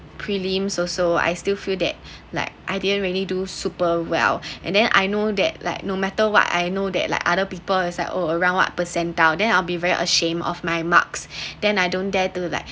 prelims also I still feel that like I didn't really do super well and then I know that like no matter what I know that like other people is like all around what percentile then I'll be very ashamed of my marks then I don't dare to like